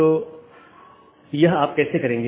तो यह आप कैसे करेंगे